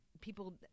people